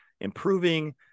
improving